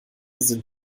sind